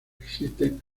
existen